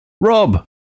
Rob